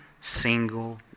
single